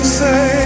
say